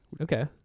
okay